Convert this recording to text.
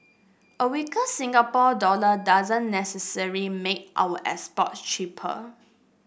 a weaker Singapore dollar doesn't necessarily make our exports cheaper